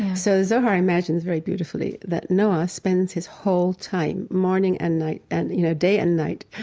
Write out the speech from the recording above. so zohar imagines very beautifully that noah spends his whole time, morning and night, and you know day and night,